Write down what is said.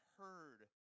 heard